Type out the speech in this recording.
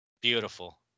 Beautiful